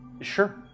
Sure